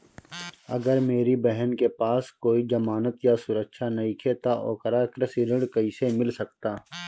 अगर मेरी बहन के पास कोई जमानत या सुरक्षा नईखे त ओकरा कृषि ऋण कईसे मिल सकता?